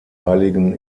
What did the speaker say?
heiligen